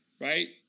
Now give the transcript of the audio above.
Right